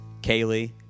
Kaylee